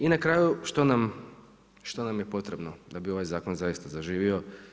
I na kraju što nam je potrebno da bi ovaj zakon zaista zaživio?